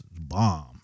bomb